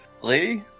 Lady